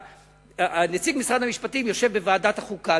נציג משרד המשפטים יושב בוועדת החוקה,